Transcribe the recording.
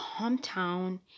hometown